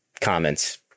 comments